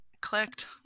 clicked